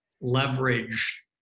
leverage